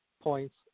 points